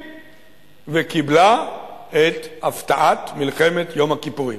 וקיבלה את הפתעת מלחמת יום הכיפורים.